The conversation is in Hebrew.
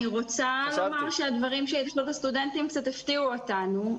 אני רוצה לומר שהדברים של התאחדות הסטודנטים קצת הפתיעו אותנו.